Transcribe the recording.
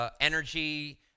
energy